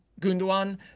Gunduan